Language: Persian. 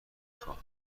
خواهم